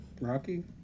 Rocky